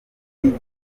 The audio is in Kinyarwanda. gito